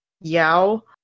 Yao